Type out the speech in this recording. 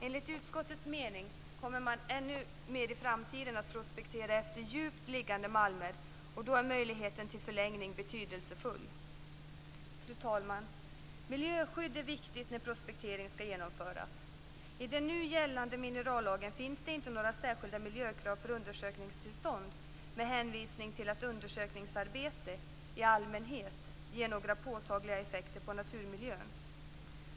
Enligt utskottets mening kommer man ännu mer i framtiden att prospektera efter djupt liggande malmer och då är möjligheten till förlängning betydelsefull. Fru talman! Miljöskydd är viktigt när prospektering skall genomföras. I den nu gällande minerallagen finns det inte några särskilda miljökrav för undersökningstillstånd med hänvisning till att undersökningsarbete i allmänhet ger några påtagliga effekter på naturmiljön.